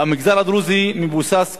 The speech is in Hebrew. המגזר הדרוזי מבוסס כולו,